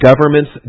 government's